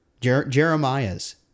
Jeremiah's